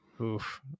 oof